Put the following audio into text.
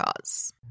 cause